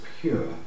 pure